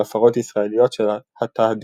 על הפרות ישראליות של ה"תהדיאה".